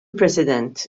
president